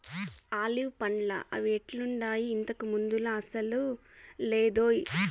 olive పండ్లా అవి ఎట్టుండాయి, ఇంతకు ముందులా అసలు లేదోయ్